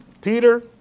Peter